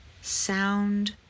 sound